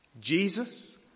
Jesus